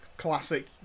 classic